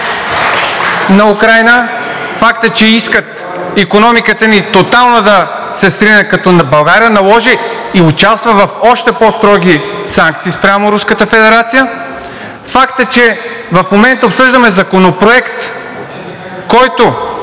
на Украйна. Факт е, че искат икономиката ни тотално да се срине, като България наложи и участва в още по-строги санкции спрямо Руската федерация. Факт е, че в момента обсъждаме Законопроект, който